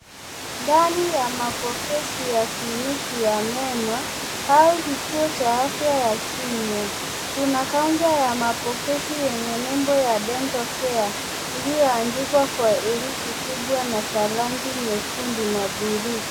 Ndani ya mapokesi ya kliniki ya meno, au kituo cha afya ya kinywa, kuna (cs) counter(cs) ya mapokezi yenye nembo, (cs) DENTAL CARE (cs), iliyo andikwa kwa erufi kubwa na za rangi nyekundu na (cs)blue(cs).